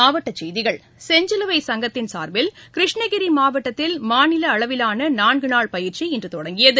மாவட்டச் செய்திகள் செஞ்சிலுவை சங்கத்தின் சார்பில் கிருஷ்ணகிரி மாவட்டத்தில் மாநில அளவிலான நான்கு நாள் பயிற்சி இன்று தொடங்கியது